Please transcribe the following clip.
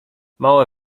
małe